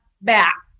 back